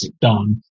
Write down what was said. done